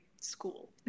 school